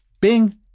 Bing